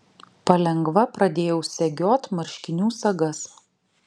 palengva pradėjau segiot marškinių sagas